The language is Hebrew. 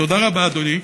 תודה רבה, אדוני.